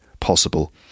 possible